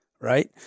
Right